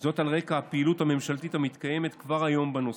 על רקע הפעילות הממשלתית המתקיימת כבר היום בנושא,